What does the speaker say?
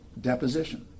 deposition